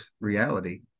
reality